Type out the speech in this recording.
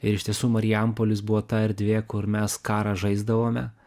ir iš tiesų marijampolis buvo ta erdvė kur mes karą žaisdavome